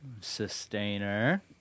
Sustainer